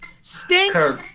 Stinks